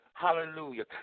Hallelujah